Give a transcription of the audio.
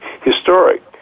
historic